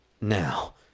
Now